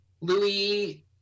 louis